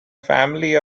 family